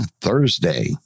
Thursday